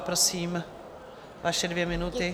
Prosím, vaše dvě minuty.